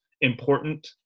important